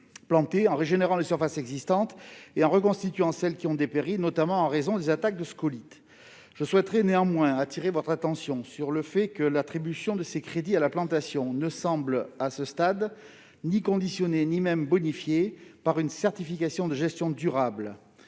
plantées, de régénérer les surfaces existantes et de reconstituer celles qui ont dépéri, notamment en raison des attaques de scolytes. J'attire néanmoins votre attention sur le fait que l'attribution de ces crédits à la plantation ne semble à ce stade ni conditionnée à une certification de gestion durable